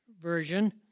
version